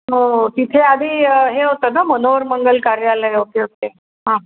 हो तिथे आधी हे होतं ना मनोहर मंगल कार्यालय ओके ओके हां